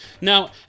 Now